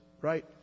right